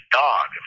dog